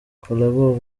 collabo